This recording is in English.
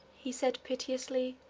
he said piteously